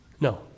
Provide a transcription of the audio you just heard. No